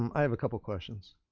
um i have a couple questions.